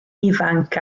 ifanc